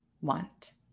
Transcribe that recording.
want